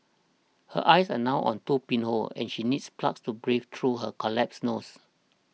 her eyes are now a two pinholes and she needs plugs to breathe through her collapsed nose